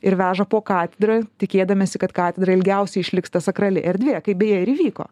ir veža po katedra tikėdamiesi kad katedra ilgiausiai išliks ta sakrali erdvė kaip beje ir įvyko